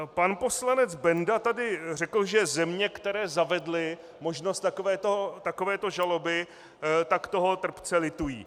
Pan poslanec Benda tady řekl, že země, které zavedly možnost takovéto žaloby, toho trpce litují.